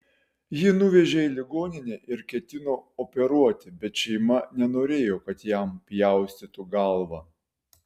jį nuvežė į ligoninę ir ketino operuoti bet šeima nenorėjo kad jam pjaustytų galvą